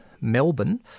Melbourne